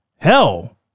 hell